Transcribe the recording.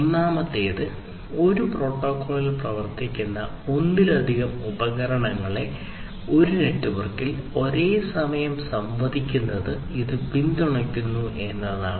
ഒന്നാമത്തേത് ഒരു പ്രോട്ടോക്കോളിൽ പ്രവർത്തിക്കുന്ന ഒന്നിലധികം ഉപകരണങ്ങളെ ഒരു നെറ്റ്വർക്കിൽ ഒരേസമയം സംവദിക്കുന്നതിന് ഇത് പിന്തുണയ്ക്കുന്നു എന്നതാണ്